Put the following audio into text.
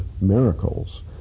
miracles